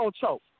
choke